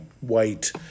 white